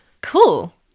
cool